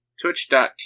Twitch.tv